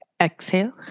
Exhale